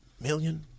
million